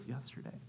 yesterday